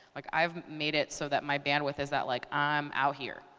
like i've made it so that my bandwidth is that like i'm out here.